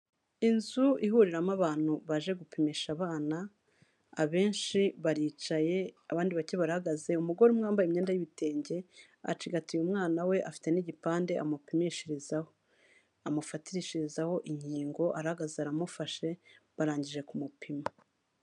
Inzu ihuriramo abantu baje gupimisha abana, abenshi baricaye abandi bake barahagaze, umugore umwe wambaye imyenda y'ibitenge acigatiye umwana we, afite n'igipande amupimishirizaho, amufatishirizaho inkingo, arahagaze aramufashe, barangije kumupima.